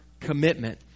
commitment